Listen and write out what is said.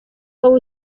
wowe